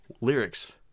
lyrics